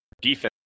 defense